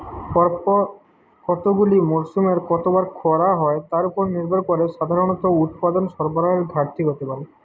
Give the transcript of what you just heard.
পরপর কতগুলি মরসুমে কতবার খরা হয় তার উপর নির্ভর করে সাধারণত উৎপাদন সরবরাহের ঘাটতি হতে পারে